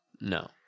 No